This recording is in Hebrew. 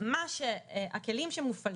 הכלים שמופעלים,